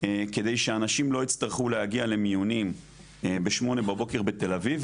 כדי שאנשים לא יצטרכו להגיע למיונים בשמונה בבוקר בתל אביב,